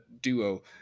duo